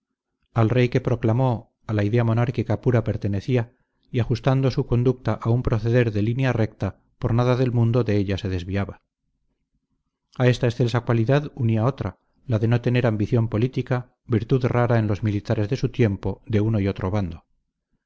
al rey que proclamó a la idea monárquica pura pertenecía y ajustando su conducta a un proceder de línea recta por nada del mundo de ella se desviaba a esta excelsa cualidad unía otra la de no tener ambición política virtud rara en los militares de su tiempo de uno y otro bando